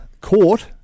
court